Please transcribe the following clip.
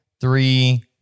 three